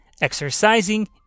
exercising